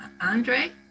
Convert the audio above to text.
Andre